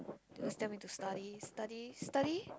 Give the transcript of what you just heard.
always tell me to study study study